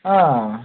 ಹಾಂ